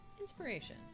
Inspiration